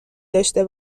داشته